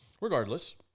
regardless